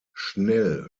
schnell